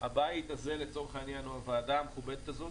הבית הזה, הוועדה המכובדת הזאת,